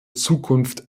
zukunft